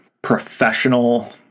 professional